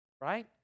right